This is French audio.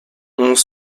onze